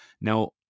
Now